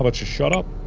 but shut up?